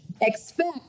expect